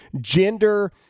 gender